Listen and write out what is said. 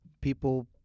people